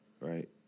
right